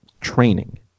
training